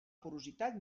porositat